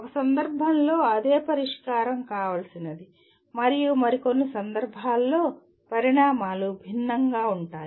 ఒక సందర్భంలో అదే పరిష్కారం కావాల్సినది మరియు మరికొన్ని సందర్భాల్లో పరిణామాలు భిన్నంగా ఉంటాయి